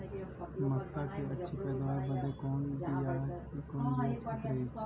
मक्का क अच्छी पैदावार बदे कवन बिया ठीक रही?